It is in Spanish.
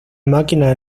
máquinas